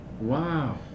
Wow